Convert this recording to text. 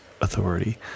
authority